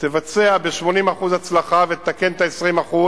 תבצע ב-80% הצלחה ותתקן את ה-20%,